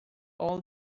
all